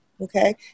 okay